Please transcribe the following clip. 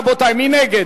רבותי, מי נגד?